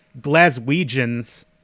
Glaswegians